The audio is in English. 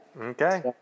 Okay